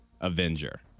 Avenger